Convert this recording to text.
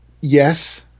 Yes